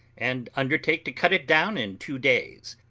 and undertake to cut it down in two days,